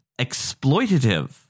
exploitative